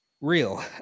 real